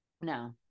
no